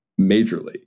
majorly